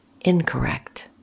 incorrect